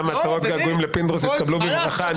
גם הצהרות געגועים לפינדרוס יתקבלו בברכה.